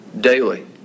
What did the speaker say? daily